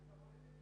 לפחות לדעתי